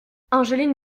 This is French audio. angeline